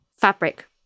fabric